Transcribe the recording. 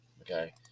Okay